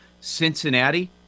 Cincinnati